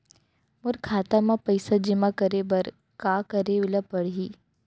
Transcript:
मोर खाता म पइसा जेमा करे बर का करे ल पड़ही?